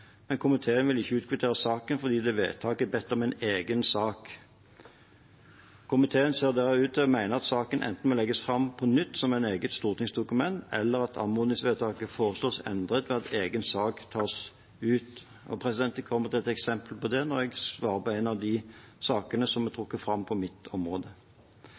Komiteen vil ikke utkvittere saken fordi det i vedtaket er bedt om en egen sak. Komiteen ser da ut til å mene at saken enten må legges fram på nytt som et eget stortingsdokument, eller at anmodningsvedtaket foreslås endret ved at egen sak tas ut. Jeg kommer til et eksempel på det når jeg svarer på en av de sakene som er trukket fram på mitt område.